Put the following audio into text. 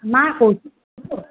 मां कोशिशि ॾिसो